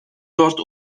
dört